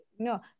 No